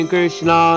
Krishna